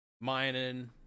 mining